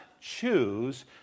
choose